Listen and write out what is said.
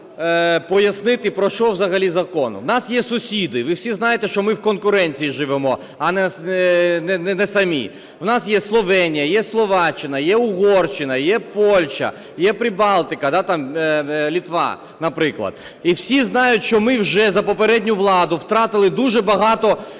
пояснити про що взагалі закон. У нас є сусіди, ви всі знаєте, що ми в конкуренції живемо, а не самі, у нас є Словенія, є Словаччина, є Угорщина, є Польща, є Прибалтика, да, там Литва, наприклад. І всі знають, що ми вже за попередню владу втратили дуже багато